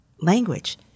language